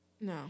No